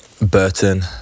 burton